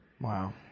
Wow